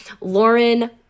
Lauren